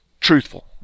truthful